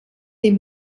die